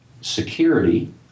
security